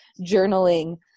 journaling